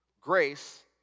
grace